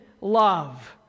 love